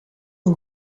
een